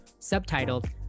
subtitled